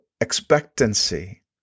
expectancy